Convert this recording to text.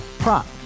Prop